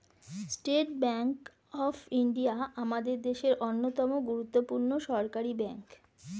state bank of India আমাদের দেশের অন্যতম গুরুত্বপূর্ণ সরকারি ব্যাঙ্ক